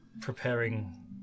preparing